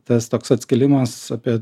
tas toks atskilimas apie